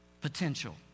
Potential